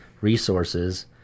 resources